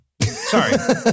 Sorry